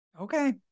Okay